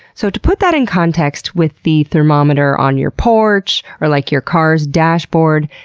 so to put that in context with the thermometer on your porch or like your car's dashboard,